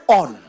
on